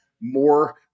more